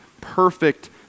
perfect